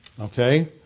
Okay